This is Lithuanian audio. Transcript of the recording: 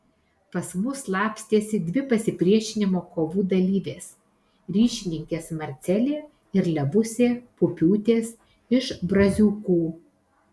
pas mus slapstėsi dvi pasipriešinimo kovų dalyvės ryšininkės marcelė ir levusė pupiūtės iš braziūkų